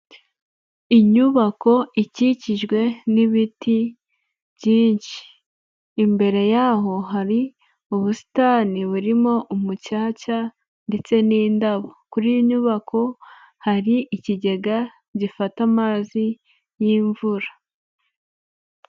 Inyubako ikikijwe n'ibiti byinshi, imbere yaho hari ubusitani burimo umucaca ndetse n'indabo, kuri iyi nyubako hari ikigega gifata amazi y'imvura.